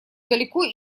далеко